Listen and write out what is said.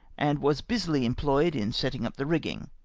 and was busily employed in setting up the rigging.